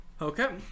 Okay